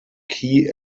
key